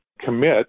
commit